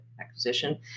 acquisition